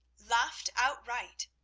laughed outright.